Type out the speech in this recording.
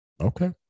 okay